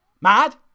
mad